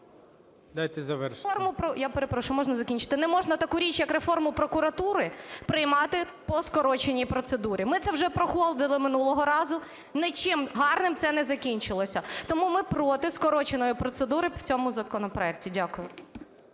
Дайте завершити. УСТІНОВА О.Ю. Я перепрошую, можна закінчити? Не можна таку річ як реформу прокуратури приймати по скороченій процедурі. Ми це вже проходили минулого разу – нічим гарним це не закінчилося. Тому ми проти скороченої процедури в цьому законопроекті. Дякую.